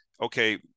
Okay